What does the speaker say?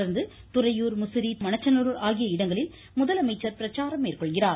தொடர்ந்து துறையூர் முசிறி மண்ணச்சநல்லூர் ஆகிய இடங்களில் முதலமைச்சர் பிரச்சாரம் மேற்கொள்கிறார்